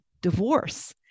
divorce